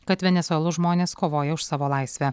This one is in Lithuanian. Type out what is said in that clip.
kad venesuelos žmonės kovoja už savo laisvę